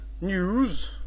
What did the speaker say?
NEWS